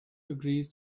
agrees